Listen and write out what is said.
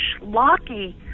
schlocky